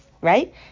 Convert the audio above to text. right